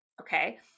Okay